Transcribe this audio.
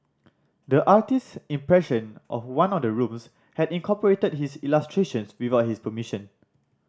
the artist's impression of one of the rooms had incorporated his illustrations without his permission